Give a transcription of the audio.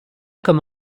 comme